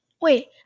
Wait